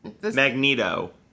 Magneto